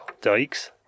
dikes